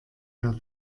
der